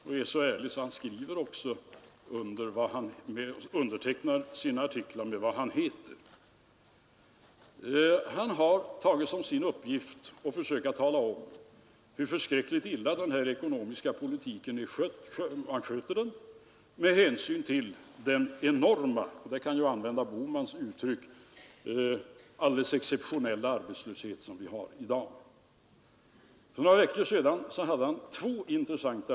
Jag kan nämna att sparandeökningen och det nya EEC-avtalet förändrar våra beräkningar med ungefär 800 miljoner kronor. Men varken fyllnadsbetalningarna eller tullfriheten eller det ökade sparandet har någon som helst förbindelse med arbetslösheten, statistiskt sett, efter vad jag kan förstå.